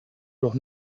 doch